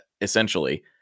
essentially